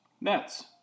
Nets